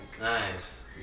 Nice